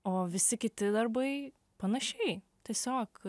o visi kiti darbai panašiai tiesiog